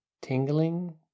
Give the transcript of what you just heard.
tingling